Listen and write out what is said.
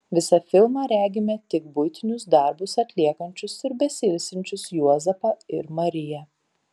visą filmą regime tik buitinius darbus atliekančius ar besiilsinčius juozapą ir mariją